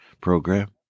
program